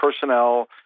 personnel